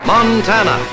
Montana